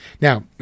Now